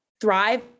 thrive